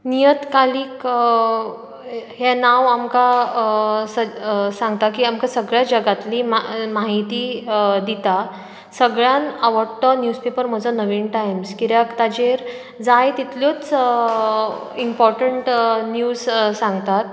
नियतकालीक हे नांव आमकां सज सांगता की आमकां सगळ्यां जगांतली माहिती दितां सगळ्यान आवडटो न्यूज पेपर म्हजो नवहिंद टायम्स कित्याक ताचेर जाय तितल्योच इंपोर्टंट न्यूज सांगतात